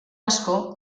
asko